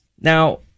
now